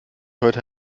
heute